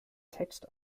text